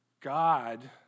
God